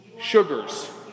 sugars